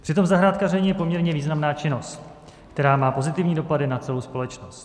Přitom zahrádkaření je poměrně významná činnost, která má pozitivní dopady na celou společnost.